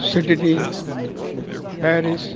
Sydney Paris